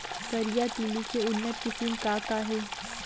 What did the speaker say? करिया तिलि के उन्नत किसिम का का हे?